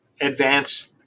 advance